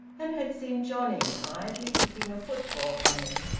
and had seen johnnie idly kicking a football on it.